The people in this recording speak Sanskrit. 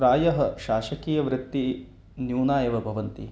प्रायः शासकीयवृत्तिः न्यूना एव भवन्ति